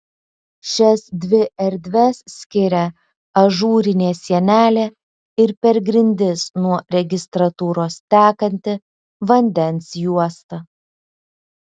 šias dvi erdves skiria ažūrinė sienelė ir per grindis nuo registratūros tekanti vandens juosta